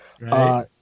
Right